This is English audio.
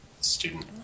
student